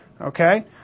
Okay